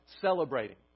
celebrating